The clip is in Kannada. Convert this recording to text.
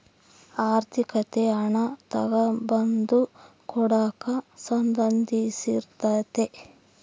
ಆರ್ಥಿಕತೆ ಹಣ ತಗಂಬದು ಕೊಡದಕ್ಕ ಸಂದಂಧಿಸಿರ್ತಾತೆ